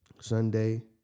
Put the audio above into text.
Sunday